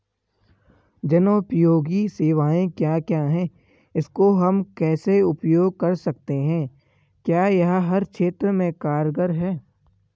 जनोपयोगी सेवाएं क्या क्या हैं इसको हम कैसे उपयोग कर सकते हैं क्या यह हर क्षेत्र में कारगर है?